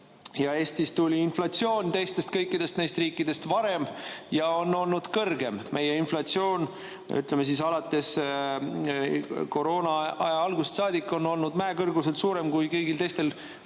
Eestis tuli inflatsioon teistest kõikidest neist riikidest varem ja on olnud kõrgem. Meie inflatsioon on, ütleme, koroonaaja algusest saadik olnud mäekõrguselt suurem kui kõigil teistel